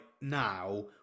now